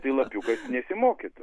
tai lapiukas nesimokytų